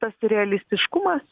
tas realistiškumas